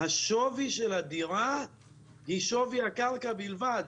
השווי של הדירה הוא שווי הקרקע בלבד.